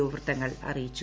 O വൃത്തങ്ങൾ അറിയിച്ചു